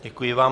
Děkuji vám.